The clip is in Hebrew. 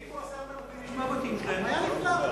העיפו 10,000 איש מהבתים שלהם, היה נפלא.